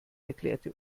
erklärte